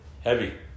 Heavy